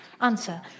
Answer